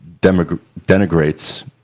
denigrates